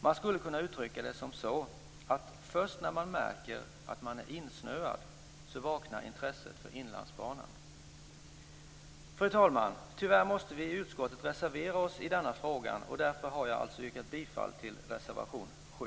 Man skulle kunna uttrycka det så, att först när man märker att man är insnöad vaknar intresset för Inlandsbanan. Fru talman! Tyvärr måste vi i utskottet reservera oss i denna fråga, och därför har jag yrkat bifall till reservation 7.